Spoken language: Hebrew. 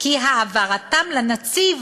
כי העברתם לנציב